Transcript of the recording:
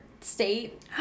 state